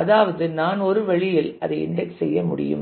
அதாவது நான் ஒரு வழியில் அதை இன்டெக்ஸ் செய்ய முடியும்